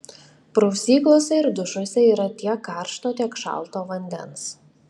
prausyklose ir dušuose yra tiek karšto tiek šalto vandens